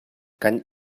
kan